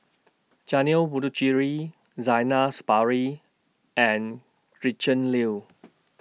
Janil Puthucheary Zainal Sapari and Gretchen Liu